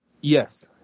Yes